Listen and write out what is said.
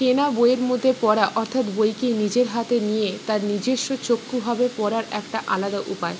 কেনা বইয়ের মধ্যে পড়া অর্থাৎ বইকে নিজের হাতে নিয়ে তার নিজস্ব চক্ষুভাবে পড়ার একটা আলাদা উপায়